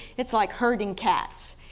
it's like herding cats,